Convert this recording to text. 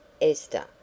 Esther